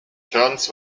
turns